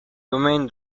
domain